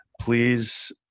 Please